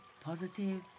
positive